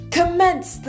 Commence